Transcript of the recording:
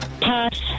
Pass